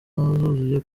zuzuye